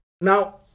Now